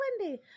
Wendy